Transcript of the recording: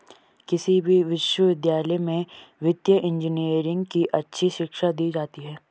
किसी भी विश्वविद्यालय में वित्तीय इन्जीनियरिंग की अच्छी शिक्षा दी जाती है